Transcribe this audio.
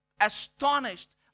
astonished